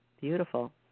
Beautiful